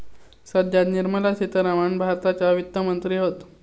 सध्या निर्मला सीतारामण भारताच्या वित्त मंत्री हत